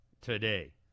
today